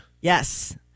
Yes